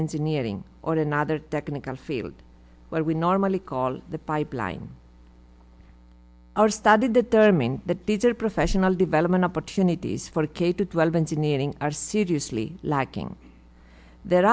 engineering or in other technical fields where we normally call the pipeline or started determine that these are professional development opportunities for k twelve engineering are seriously lacking th